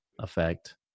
effect